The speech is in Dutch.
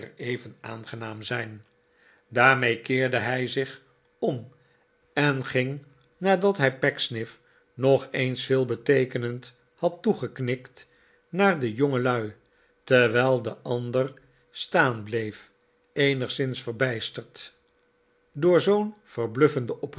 even aangenaam zijn daarmee keerde hij zich om en ging nadat hij pecksniff nog eens veelbeteekenend had toegeknikt naar de jongelui terwijl de ander staan bleef eenigszins verbijsterd door zoo'n